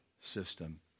system